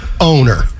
owner